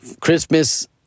Christmas